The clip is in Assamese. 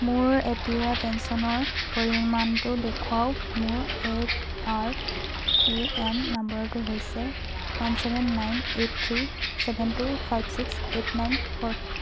মোৰ এ পি ৱাই পেঞ্চনৰ পৰিমাণটো দেখুৱাওক মোৰ পি আৰ এ এন নম্বৰটো হৈছে one seven nine eight three seven two five six eight nine four